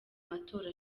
matora